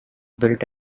built